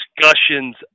discussions